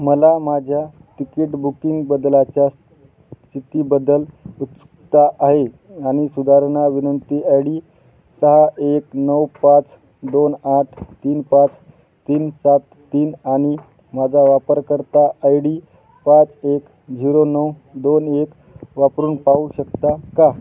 मला माझ्या ticket booking बदलाच्या स्थितीबद्दल उत्सुकता आहे आणि सुधारणा विनंती आय डी सहा एक नऊ पाच दोन आठ तीन पाच तीन सात तीन आणि माझा वापरकर्ता आय डी पाच एक झिरो नऊ दोन एक वापरून पाहू शकता का